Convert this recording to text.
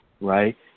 right